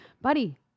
buddy